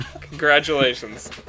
Congratulations